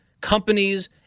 companies